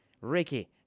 Ricky